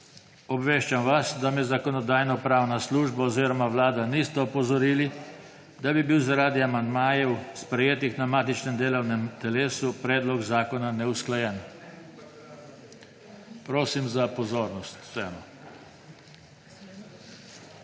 Obveščam vas, da me Zakonodajno-pravna služba oziroma Vlada nista opozorili, da bi bil zaradi amandmajev, sprejetih na matičnem delovnem telesu, predlog zakona neusklajen. / nemir v dvorani/